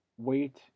Wait